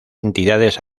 entidades